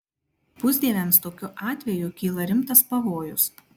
pusdieviams tokiu atveju kyla rimtas pavojus